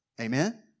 Amen